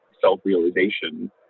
self-realization